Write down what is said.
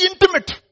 intimate